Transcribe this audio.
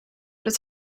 dat